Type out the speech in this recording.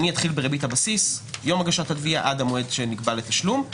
אני אתחיל בריבית הבסיס מיום הגשת התביעה עד המועד שנקבע לתשלום.